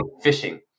fishing